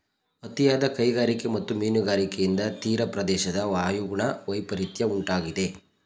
ಅತಿಯಾದ ಕೈಗಾರಿಕೆ ಮತ್ತು ಮೀನುಗಾರಿಕೆಯಿಂದ ತೀರಪ್ರದೇಶದ ವಾಯುಗುಣ ವೈಪರಿತ್ಯ ಉಂಟಾಗಿದೆ